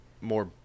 more